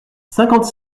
cinquante